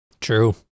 True